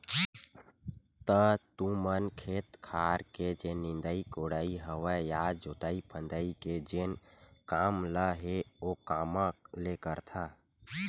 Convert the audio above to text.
त तुमन खेत खार के जेन निंदई कोड़ई हवय या जोतई फंदई के जेन काम ल हे ओ कामा ले करथव?